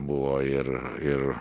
buvo ir ir